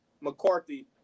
McCarthy